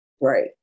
Right